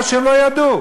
או שהם לא ידעו.